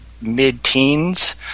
mid-teens